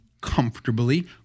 comfortably